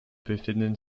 befinden